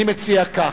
אני מציע כך,